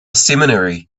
seminary